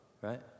Right